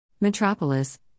Metropolis